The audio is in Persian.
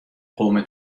قوم